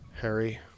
Harry